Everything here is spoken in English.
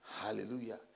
Hallelujah